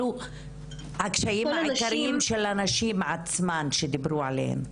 הקשיים העיקריים של הנשים עצמן שדיברו עליהם.